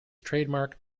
trademark